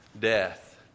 death